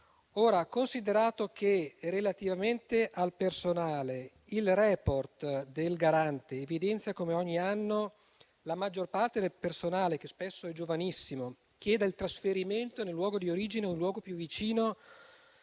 di sicurezza. Relativamente al personale, il *report* del Garante evidenzia come ogni anno la maggior parte del personale, che spesso è giovanissimo, chieda il trasferimento nel luogo di origine o un luogo più vicino,